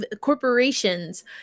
corporations